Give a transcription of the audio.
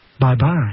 Bye-bye